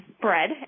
bread